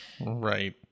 right